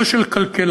לא של כלכלנים